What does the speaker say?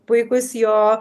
puikūs jo